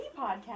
podcast